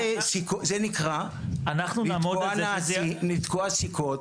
זה נקרא לתקוע סיכות